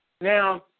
Now